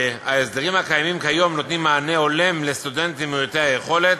שההסדרים הקיימים כיום נותנים מענה הולם לסטודנטים מעוטי היכולת,